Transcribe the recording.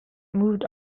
moved